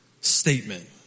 statement